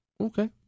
Okay